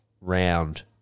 round